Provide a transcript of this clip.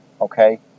Okay